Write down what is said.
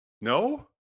No